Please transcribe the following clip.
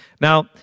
Now